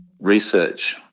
research